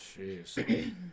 Jeez